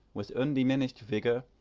with undiminished vigour,